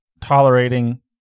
tolerating